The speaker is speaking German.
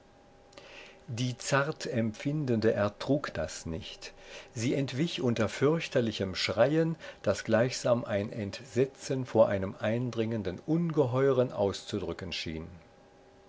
die zart empfindende ertrug das nicht sie entwich unter fürchterlichem schreien das gleichsam ein entsetzen vor einem eindringenden ungeheuren auszudrücken schien